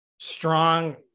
strong